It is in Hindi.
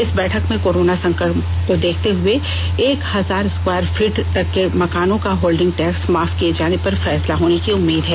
इस बैठक में कोरोना संकट को देखते हए एक हजार स्क्वायर फीट तक के मकानों का होल्डिंग टैक्स माफ किए जाए पर फैसला होने की उम्मीद है